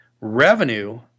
revenue